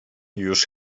już